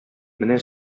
менә